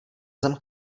zem